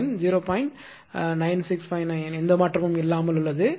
9659 எந்த மாற்றமும் இல்லாமல் உள்ளது